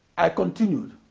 i continued